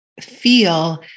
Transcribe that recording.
feel